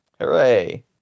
Hooray